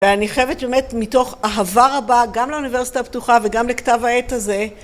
ואני חייבת באמת מתוך אהבה רבה גם לאוניברסיטה הפתוחה וגם לכתב העת הזה